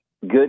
Good